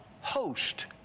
host